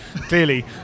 clearly